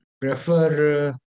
prefer